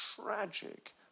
tragic